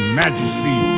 majesty